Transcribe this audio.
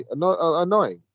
annoying